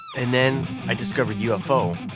and then i discovered ufo.